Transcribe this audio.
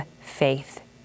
Faith